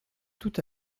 tout